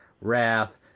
wrath